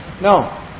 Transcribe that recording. No